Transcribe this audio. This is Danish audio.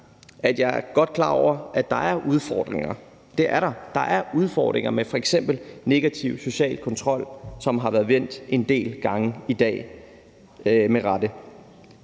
at jeg ikke godt er klar over, at der er udfordringer. For det er der. Der er f.eks. udfordringer med negativ social kontrol, som har været vendt en del gange i dag og med rette.